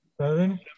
Seven